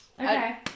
Okay